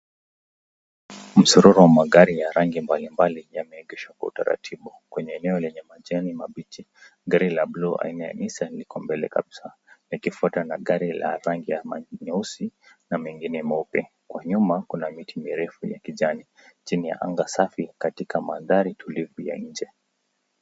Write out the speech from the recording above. Msororo wa magari ya rangi mbali mbali yameegeshwa kwa utaratibu kwenye eneo lenye majani mabichi. Gari la blue la aina ya Nissan liko mbele kabisaa yakifuatana na gari ya rangi ya nyeusi na mengine meupe. Kwa nyuma kuna miti mirefu ya kijani chini ya anga safi katika mandhari tulivu ya nje .